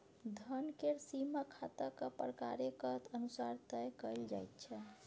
धन केर सीमा खाताक प्रकारेक अनुसार तय कएल जाइत छै